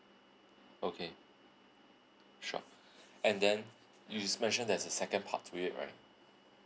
okay sure and then you mention there's a second part to it right